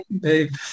babe